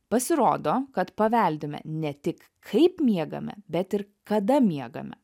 pasirodo kad paveldime ne tik kaip miegame bet ir kada miegame